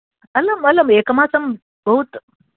अलम् अलम् एकमासं भवतु